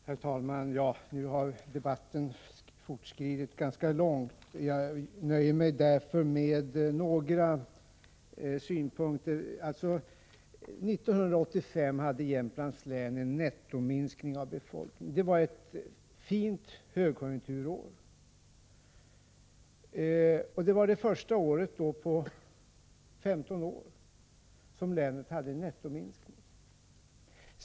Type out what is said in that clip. Herr talman! Debatten har nu fortskridit ganska långt, och jag nöjer mig därför med några synpunkter. År 1985 hade Jämtlands län en nettominskning av befolkningen. Det var ett fint högkonjunkturår, men det var det första året på 15 år som länet hade en nettominskning.